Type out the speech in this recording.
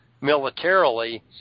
militarily